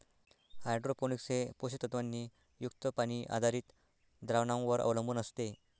hydroponics हे पोषक तत्वांनी युक्त पाणी आधारित द्रावणांवर अवलंबून असते